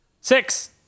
Six